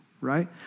right